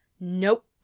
Nope